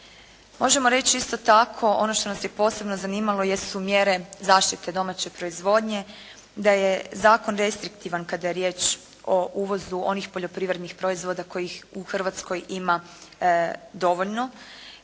Možemo reći isto tako ono što nas je posebno zanimalo jesu mjere zaštite domaće proizvodnje, da je zakon restriktivan kada je riječ o uvozu onih poljoprivrednih proizvoda kojih u Hrvatskoj ima dovoljno